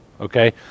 Okay